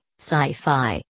Sci-Fi